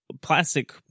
plastic